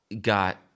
got